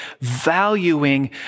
valuing